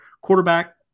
quarterback